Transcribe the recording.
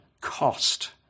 cost